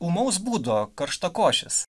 ūmaus būdo karštakošis